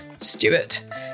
Stewart